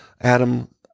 Adam